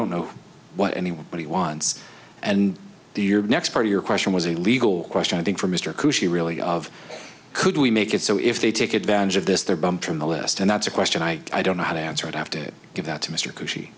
don't know what anyone what he wants and the your next part of your question was a legal question i think for mr coo she really of could we make it so if they take advantage of this they're bumped from the list and that's a question i i don't know how to answer i'd have to give that to mr c